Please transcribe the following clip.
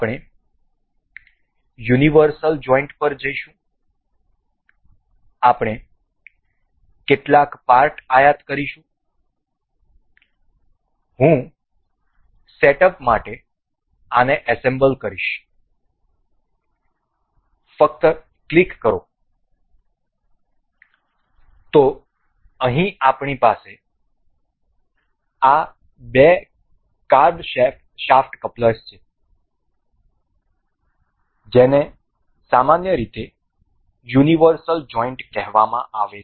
આપણે universal joint પર જઈશું આપણે કેટલાક પાર્ટ આયાત કરીશું હું સેટઅપ માટે આને એસેમ્બલ કરીશ ફક્ત ક્લિક કરો તેથી અહીં આપણી પાસે આ બે કાર્બ શાફ્ટ કપલર્સ છે જેને સામાન્ય રીતે યુનિવર્સલ જોઈન્ટ કહેવામાં આવે છે